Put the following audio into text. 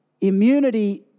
immunity